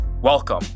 Welcome